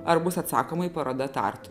ar bus atsakomoji paroda tartu